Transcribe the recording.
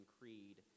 Creed